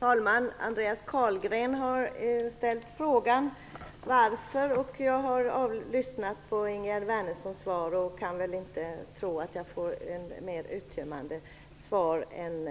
Herr talman! Andreas Carlgren har ställt frågan varför. Jag har lyssnat på Ingegerd Wärnersson och kan inte tro att jag får ett mer uttömmande svar än